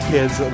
Kids